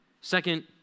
Second